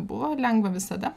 buvo lengva visada